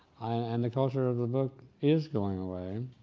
and the culture of the book is going away.